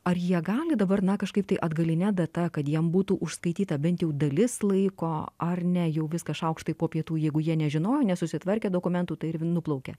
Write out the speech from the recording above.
ar jie gali dabar na kažkaip tai atgaline data kad jiems būtų užskaityta bent jau dalis laiko ar ne jau viskas šaukštai po pietų jeigu jie nežinojo nesusitvarkė dokumentų tai ir nuplaukė